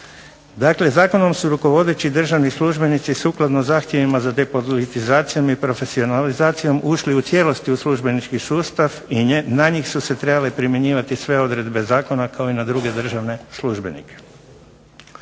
Dakle, zakonom su rukovodeći državni službenici sukladno zahtjevima za depolitizacijom i profesionalizacijom ušli u cijelosti u službenički sustav i na njih su se trebale primjenjivati sve odredbe zakona kao i na druge državne službenike.